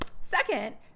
second